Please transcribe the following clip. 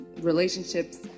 relationships